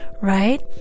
right